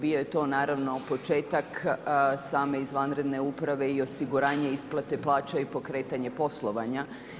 Bio je to naravno početak same izvanredne uprave i osiguranje isplate plaća i pokretanje poslovanja.